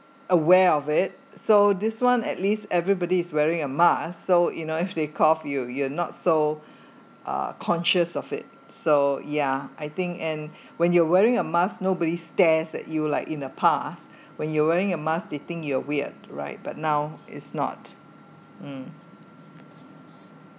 aware of it so this one at least everybody is wearing a mask so you know if they cough you you're not so are conscious of it so yeah I think and when you're wearing a mask nobody stares at you like in the past when you're wearing a mask they think you're weird right but now is not mm